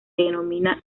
denomina